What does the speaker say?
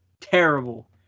terrible